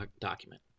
document